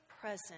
present